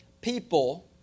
people